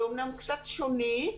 זה אמנם קצת שונה,